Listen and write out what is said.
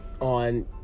on